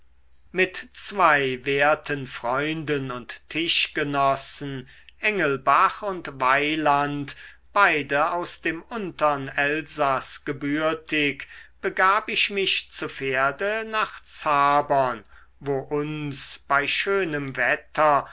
mit zwei werten freunden und tischgenossen engelbach und weyland beide aus dem untern elsaß gebürtig begab ich mich zu pferde nach zabern wo uns bei schönem wetter